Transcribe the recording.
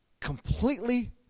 Completely